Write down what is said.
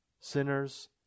Sinners